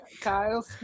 kyle